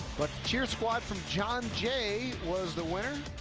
but cheer squad from john jay was the winner.